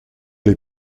les